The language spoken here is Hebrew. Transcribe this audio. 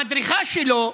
המדריכה שלו,